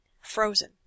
frozen